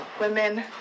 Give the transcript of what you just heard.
women